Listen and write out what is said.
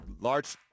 large